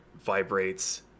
vibrates